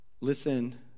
Listen